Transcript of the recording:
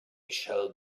shall